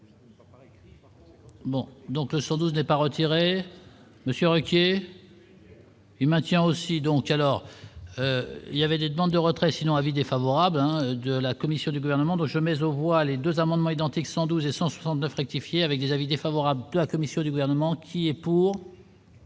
Bon, donc, le 112 n'est pas retiré Monsieur Ruquier il maintient aussi donc, alors, il y avait des demandes de retrait sinon avis défavorable, hein, de la commission du gouvernement doit jamais au les 2 amendements identiques 112 et 169 rectifier avec des avis défavorables, la commission du gouvernement qui est pour.